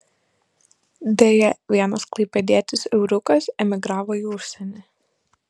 deja vienas klaipėdietis euriukas emigravo į užsienį